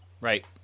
Right